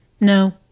No